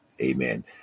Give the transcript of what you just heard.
Amen